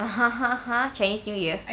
chinese new year